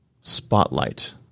spotlight